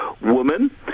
woman